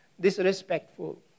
disrespectful